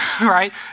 right